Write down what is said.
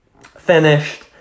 finished